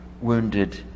wounded